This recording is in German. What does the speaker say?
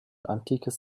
antikes